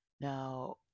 Now